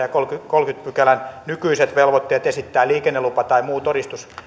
ja kolmannenkymmenennen pykälän nykyiset velvoitteet esittää liikennelupa tai muu todistus